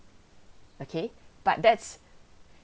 okay but that's